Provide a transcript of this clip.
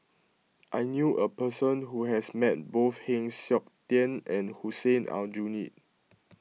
I knew a person who has met both Heng Siok Tian and Hussein Aljunied